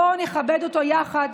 בואו נכבד אותו יחד,